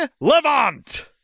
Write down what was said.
Levant